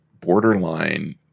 borderline